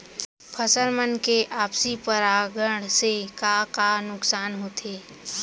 फसल मन के आपसी परागण से का का नुकसान होथे?